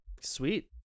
Sweet